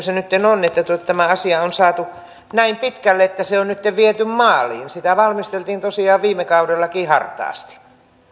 se sitten on että tämä asia on saatu näin pitkälle että se on nytten viety maaliin sitä valmisteltiin tosiaan viime kaudellakin hartaasti